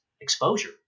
exposure